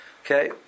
Okay